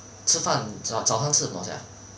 吃饭早早上吃什么 sia